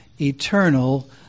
eternal